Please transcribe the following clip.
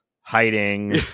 hiding